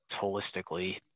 holistically